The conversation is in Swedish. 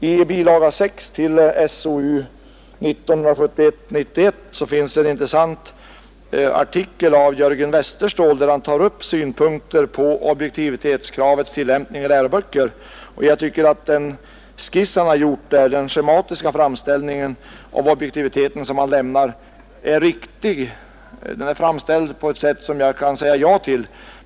I bilaga 6 till SOU 1971:91 finns en intressant artikel av Jörgen Westerståhl, där han tar upp synpunkter på objektivitetskravets tillämpning i läroböcker. Den schematiska framställning om objektiviteten som han lämnar förefaller vara riktig, och den kan jag säga ja till.